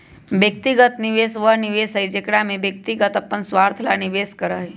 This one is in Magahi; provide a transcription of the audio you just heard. व्यक्तिगत निवेश वह निवेश हई जेकरा में व्यक्ति अपन स्वार्थ ला निवेश करा हई